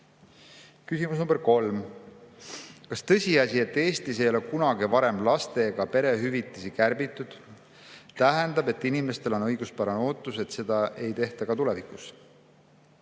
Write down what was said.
mõjusid. Küsimus nr 3: "Kas tõsiasi, et Eestis ei ole kunagi varem laste‑ ega perehüvitisi kärbitud, tähendab, et inimestel on õiguspärane ootus, et seda ei tehta ka tulevikus?"